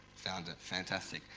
found it, fantastic.